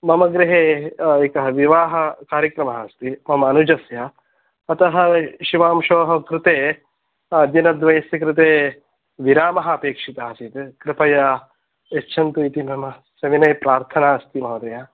मम गृहे एकः विवाहः कार्यक्रमः अस्ति मम अनुजस्य अतः शिवांशोः कृते दिनद्वयस्य कृते विरामः अपेक्षितः आसीत् कृपया यच्छन्तु इति नाम सविनयप्रार्थना अस्ति महोदय